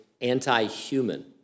anti-human